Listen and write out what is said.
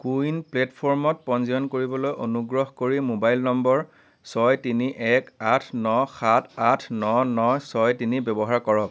CoWIN প্লে'টফৰ্মত পঞ্জীয়ন কৰিবলৈ অনুগ্ৰহ কৰি মোবাইল নম্বৰ ছয় তিনি এক আঠ ন সাত আঠ ন ন ছয় তিনি ব্যৱহাৰ কৰক